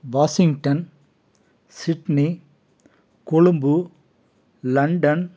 Washington Sydney Colombo London